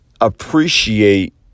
appreciate